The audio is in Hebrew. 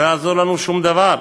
לא יעזור לנו שום דבר.